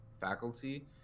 faculty